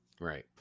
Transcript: Right